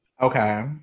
Okay